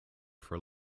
for